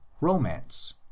romance